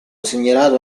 segnalato